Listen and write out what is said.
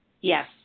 Yes